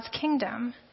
kingdom